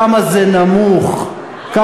כמה זה נמוך, בבחירות האחרונות.